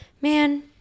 man